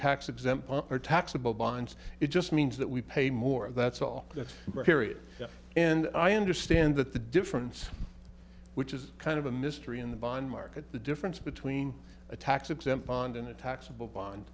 tax exempt or taxable bonds it just means that we pay more that's all that area and i understand that the difference which is kind of a mystery in the bond market the difference between a tax exempt bond and a taxable bond